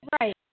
Right